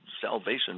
salvation